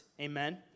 Amen